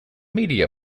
media